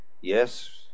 Yes